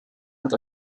hat